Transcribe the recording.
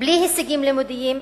בלי הישגים לימודיים,